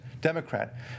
Democrat